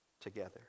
together